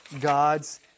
God's